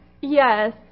Yes